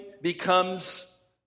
becomes